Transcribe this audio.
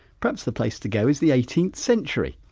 perhaps the place to go is the eighteenth century.